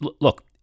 look